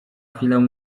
chwilę